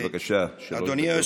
בבקשה, שלוש דקות.